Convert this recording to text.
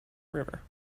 river